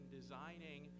designing